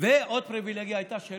ועוד פריבילגיה הייתה,